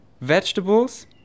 vegetables